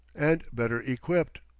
and better equipped.